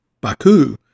Baku